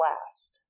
last